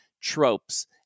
tropes